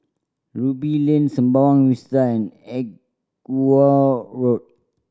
Ruby Lane Sembawang Vista and Edgware Road